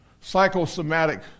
psychosomatic